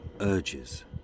urges